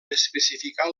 especificar